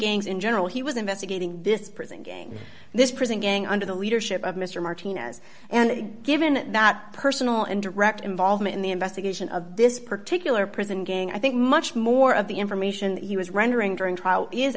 gangs in general he was investigating this prison gang this prison gang under the leadership of mr martinez and given that personal and direct involvement in the investigation of this particular prison gang i think much more of the information he was rendering during trial is